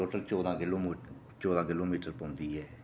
total चौदां चौदां kilometre पौंदी ऐ